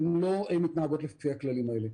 הן לא מתנהגות לפי הכללים האלה.